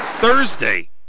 Thursday